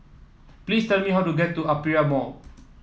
please tell me how to get to Aperia Mall